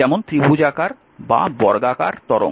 যেমন ত্রিভুজাকার এবং বর্গাকার তরঙ্গ